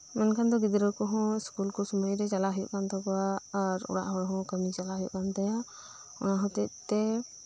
ᱢᱮᱱᱠᱦᱟᱱ ᱫᱚ ᱜᱤᱫᱽᱨᱟᱹᱠᱩᱦᱚᱸ ᱤᱥᱠᱩᱞ ᱠᱩ ᱥᱩᱢᱟᱹᱭ ᱨᱮ ᱪᱟᱞᱟᱜ ᱦᱩᱭᱩᱜ ᱠᱟᱱᱛᱟᱠᱩᱣᱟ ᱟᱨ ᱚᱲᱟᱜ ᱦᱚᱲᱦᱚᱸ ᱠᱟᱹᱢᱤᱨᱮ ᱪᱟᱞᱟᱜ ᱦᱩᱭᱩᱜ ᱠᱟᱱᱛᱟᱭᱟ ᱚᱱᱟ ᱦᱚᱛᱮᱡ ᱛᱮ